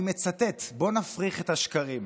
אני מצטט, ובואו נפריך את השקרים: